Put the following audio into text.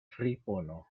fripono